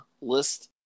list